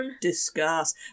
Discuss